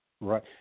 Right